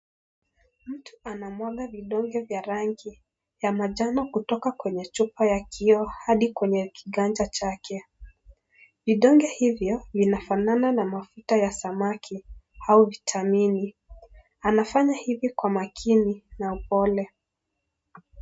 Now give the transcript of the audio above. Mtu anamwaga vidonge vya rangi ya manjano kutoka kwenye chupa ya kioo hadi kwenye kiganja chake. Vidonge hivyo linafanana na mafuta ya samaki au vitamini, anafanya bi I Kwa makini na upole.